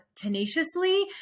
tenaciously